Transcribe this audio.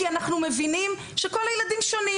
כי אנחנו מבינים שכל הילדים שונים.